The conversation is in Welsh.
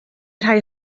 rhai